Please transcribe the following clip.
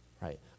right